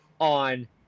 on